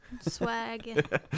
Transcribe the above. Swag